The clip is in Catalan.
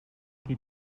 qui